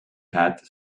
pat